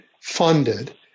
funded